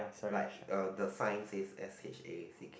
like a the sign says S H A C K